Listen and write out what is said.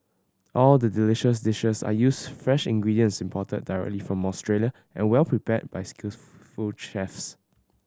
all the delicious dishes are used fresh ingredients imported directly from Australia and well prepared by skillful chefs